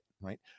right